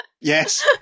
Yes